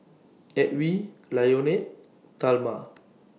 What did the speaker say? Edwy Lyonet Talma